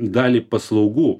dalį paslaugų